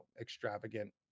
extravagant